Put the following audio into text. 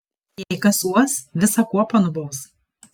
jei kas suuos visą kuopą nubaus